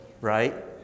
right